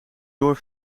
door